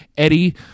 Eddie